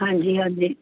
ਹਾਂਜੀ ਹਾਂਜੀ